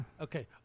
Okay